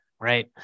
right